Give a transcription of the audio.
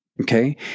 Okay